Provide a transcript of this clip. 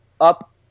up